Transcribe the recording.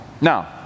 Now